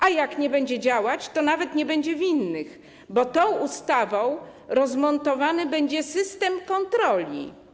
A jak nie będzie działać, to nawet nie będzie winnych, bo tą ustawą rozmontowany będzie system kontroli.